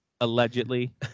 Allegedly